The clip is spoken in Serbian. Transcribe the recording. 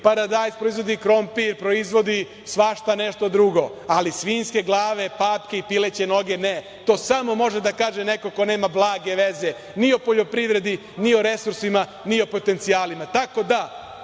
paradajzi, krompir, proizvodi svašta nešto drugo, ali svinjske glave, papke i pileće noge, ne, to samo može da kaže neko ko nema blage veze ni o poljoprivredi, ni o resursima, ni o potencijalima. Tako da,